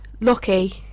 lucky